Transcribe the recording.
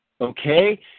okay